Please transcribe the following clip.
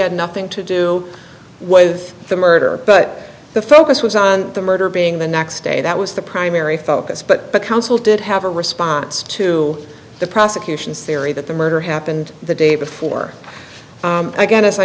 had nothing to do with the murder but the focus was on the murder being the next day that was the primary focus but the council did have a response to the prosecution's theory that the murder happened the day before